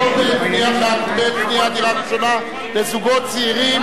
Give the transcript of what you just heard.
פטור בעת קניית דירה ראשונה לזוגות צעירים)